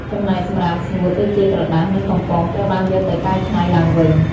ចំណែកសំរាមស្ងួតដូចជាក្រដាស និងកំប៉ុងត្រូវបានយកទៅកែច្នៃឡើងវិញ។